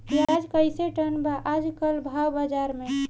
प्याज कइसे टन बा आज कल भाव बाज़ार मे?